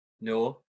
No